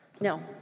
no